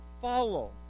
follow